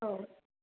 औ